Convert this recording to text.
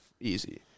easy